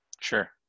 Sure